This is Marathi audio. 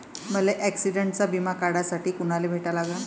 मले ॲक्सिडंटचा बिमा काढासाठी कुनाले भेटा लागन?